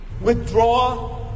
withdraw